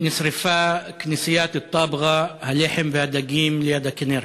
נשרפה כנסיית טבחה, הלחם והדגים, ליד הכינרת.